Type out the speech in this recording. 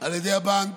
על ידי הבנק